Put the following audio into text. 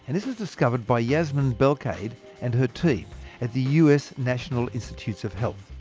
and this was discovered by yasmine belkaid and her team at the us national institutes of health.